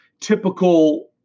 typical